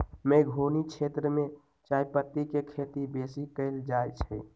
मेघौनी क्षेत्र में चायपत्ति के खेती बेशी कएल जाए छै